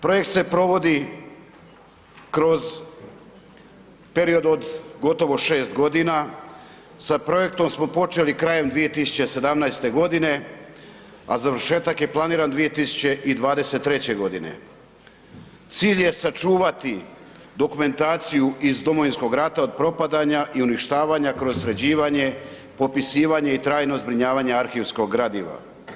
Projekt se provodi kroz period od gotovo 6.g., sa projektom smo počeli krajem 2017.g., a završetak je planiran 2023.g. Cilj je sačuvati dokumentaciju iz domovinskog rata od propadanja i uništavanja kroz sređivanje, popisivanje i trajno zbrinjavanje arhivskog gradiva.